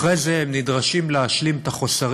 אחרי זה הם נדרשים להשלים את החסרים